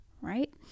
right